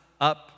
up